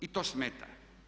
I to smeta.